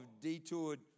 detoured